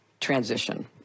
transition